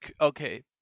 Okay